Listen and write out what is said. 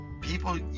people